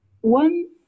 One